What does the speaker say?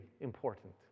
important